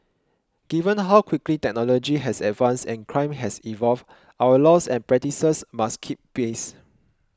given how quickly technology has advanced and crime has evolved our laws and practices must keep pace